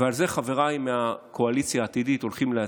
ועל זה חבריי מהקואליציה העתידית הולכים להצביע.